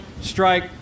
strike